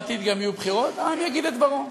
בעתיד גם יהיו בחירות, והעם יגיד את דברו.